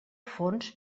fons